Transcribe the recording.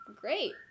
Great